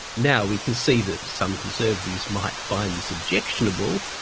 now we can see that some conservatives might find this objectionable.